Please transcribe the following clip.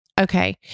Okay